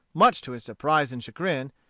much to his surprise and chagrin,